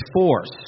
force